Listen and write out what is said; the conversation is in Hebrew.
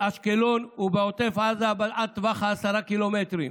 באשקלון ובעוטף עזה, אבל עד טווח 10 ק"מ.